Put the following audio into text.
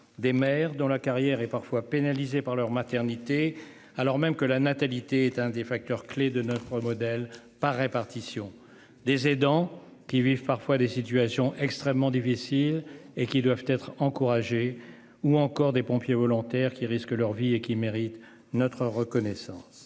des maires dont la carrière est parfois pénalisés par leur maternité, alors même que la natalité est un des facteurs clés de notre modèle par répartition des aidants qui vivent parfois des situations extrêmement difficiles et qui doivent être encouragées, ou encore des pompiers volontaires qui risquent leur vie et qui méritent notre reconnaissance